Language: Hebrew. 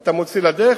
אתה מוציא לדרך,